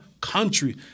country